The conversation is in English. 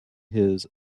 his